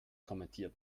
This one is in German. kommentiert